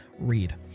read